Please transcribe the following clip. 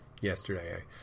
yesterday